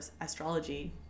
astrology